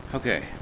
Okay